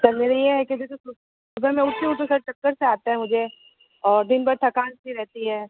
sir मेरा यह है कि जैसे सुबह में उठती हूँ तो सर चक्कर सा आता है मुझे और दिन भर थकान सी रहती है